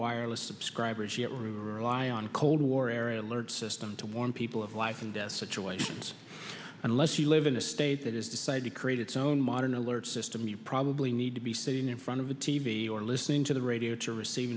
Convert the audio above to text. wireless subscribers yet rely on cold war era alert system to warn people of life and death situations unless you live in a state that has decided to create its own modern alert system you probably need to be sitting in front of the t v or listening to the radio to receive